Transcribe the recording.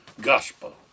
gospel